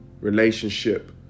relationship